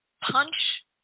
punch